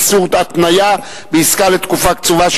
איסור התניה בעסקה לתקופה קצובה),